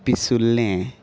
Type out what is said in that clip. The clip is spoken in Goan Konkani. पिसुल्लें